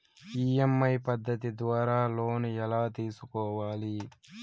EMI పద్ధతి ద్వారా loan ఎలా తీసుకోవాలి